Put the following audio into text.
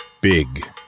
Big